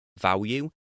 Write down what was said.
value